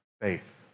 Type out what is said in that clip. faith